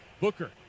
Booker